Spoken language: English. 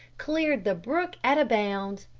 cleared the brook at a bound,